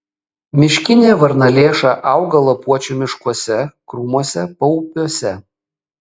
miškinė varnalėša auga lapuočių miškuose krūmuose paupiuose